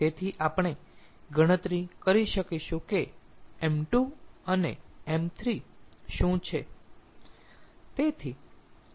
તેથી આપણે ગણતરી કરી શકીશું કે ̇ṁ2 અને ṁ3 શું છે